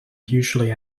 usually